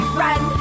run